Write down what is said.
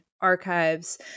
archives